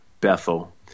Bethel